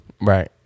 right